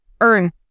Earn